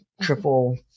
triple